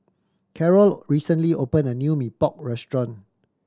Carol recently opened a new Mee Pok restaurant